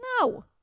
No